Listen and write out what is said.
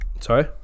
Sorry